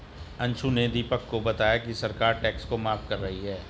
अंशु ने दीपक को बताया कि सरकार टैक्स को माफ कर रही है